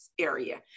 area